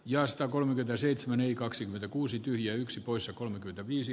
josta kolmekymmentäseitsemän eli kaksikymmentäkuusi tyhjää yksi poissa kannatan